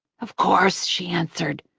of course, she answered,